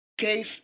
Case